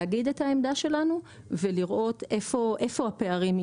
להגיד את העמדה שלנו ולראות איפה הפערים,